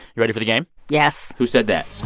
you ready for the game? yes who said that?